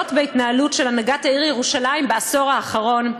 בהתנהלות של הנהגת העיר ירושלים בעשור האחרון,